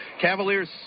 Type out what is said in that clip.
Cavaliers